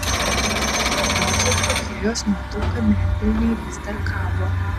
o mažosios šokėjos nuotrauka medvilnėj vis dar kabo